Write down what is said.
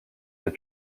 des